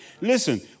Listen